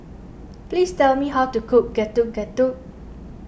please tell me how to cook Getuk Getuk